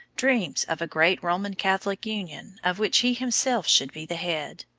dreams of a great roman catholic union of which he himself should be the head.